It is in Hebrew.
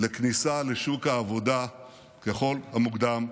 לכניסה לשוק העבודה ככל המוקדם.